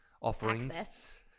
offerings